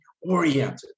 oriented